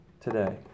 today